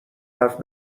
حرف